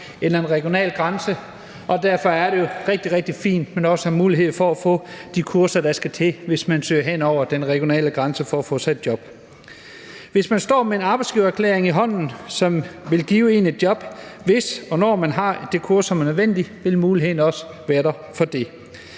eller en regional grænse, og derfor er det rigtig, rigtig fint, at man også har mulighed for at få de kurser, der skal til, hvis man søger hen over den regionale grænse for at få sig et job. Hvis man står med en arbejdsgivererklæring i hånden, som vil give en et job, hvis og når man har de kurser, som er nødvendige, vil muligheden også være der for det.